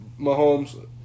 Mahomes